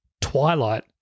twilight